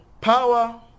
Power